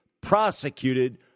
prosecuted